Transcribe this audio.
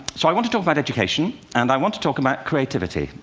so i want to talk about education, and i want to talk about creativity.